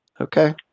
okay